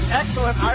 excellent